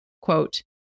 quote